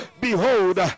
Behold